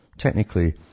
Technically